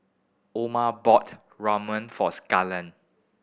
Orma bought Ramyeon for Skylar